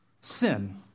sin